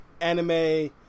anime